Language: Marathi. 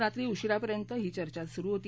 रात्री उशिरापर्यंत ही चर्चा सुरू होती